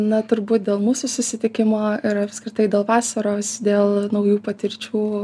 na turbūt dėl mūsų susitikimo ir apskritai dėl vasaros dėl naujų patirčių